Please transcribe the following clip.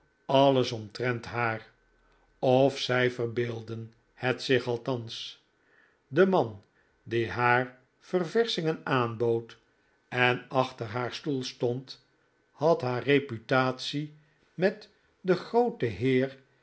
alles omtrent haar of zij verbecldden het zich althans de man die haar ververschingen aanbood en achter haar stoel stond had haar reputatie met den grooten heer